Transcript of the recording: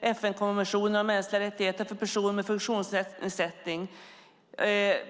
FN-konventionen om mänskliga rättigheter som gäller personer med funktionsnedsättning.